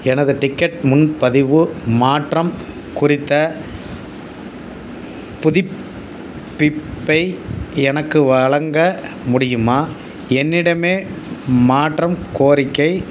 எனது டிக்கெட் முன்பதிவு மாற்றம் குறித்த புதுப்பிப்பை எனக்கு வழங்க முடியுமா என்னிடமே மாற்றம் கோரிக்கை